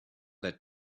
that